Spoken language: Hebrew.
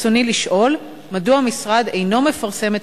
רצוני לשאול: מדוע המשרד אינו מפרסם את